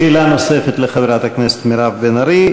שאלה נוספת לחברת הכנסת מירב בן ארי.